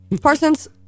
Parsons